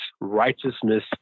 righteousness